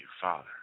Father